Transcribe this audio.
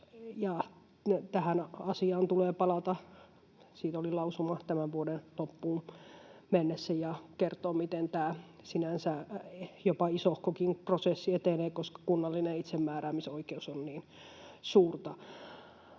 Tähän asiaan tulee palata, siitä oli lausuma, tämän vuoden loppuun mennessä ja kertoa, miten tämä sinänsä jopa isohkokin prosessi etenee, koska kunnallinen itsemääräämisoikeus on niin suurta.